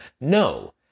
no